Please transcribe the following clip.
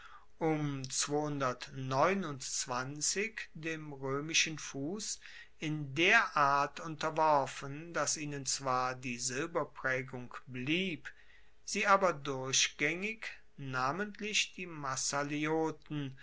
um dem roemischen fuss in der art unterworfen dass ihnen zwar die silberpraegung blieb sie aber durchgaengig namentlich die